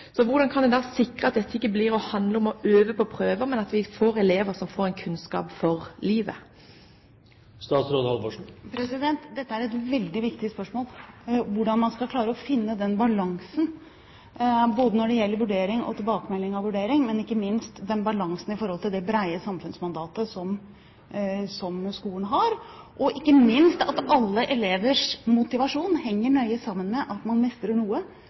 men at vi får elever som får kunnskap for livet? Dette er et veldig viktig spørsmål – hvordan man skal klare å finne balansen både når det gjelder vurdering og tilbakemelding av vurdering, og balansen i forhold til det brede samfunnsmandatet som skolen har. Ikke minst henger alle elevers motivasjon nøye sammen med at man mestrer noe,